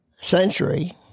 century